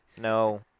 no